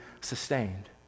sustained